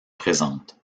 présentes